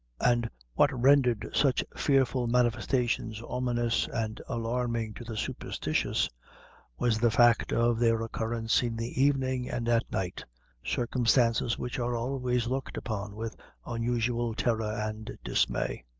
and what rendered such fearful manifestations ominous and alarming to the superstitious was the fact of their occurrence in the evening and at night circumstances which are always looked upon with unusual terror and dismay.